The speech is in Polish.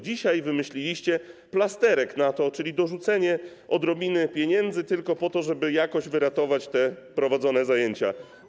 Dzisiaj wymyśliliście plasterek na to, czyli dorzucenie odrobiny pieniędzy tylko po to, żeby jakoś wyratować te prowadzone zajęcia.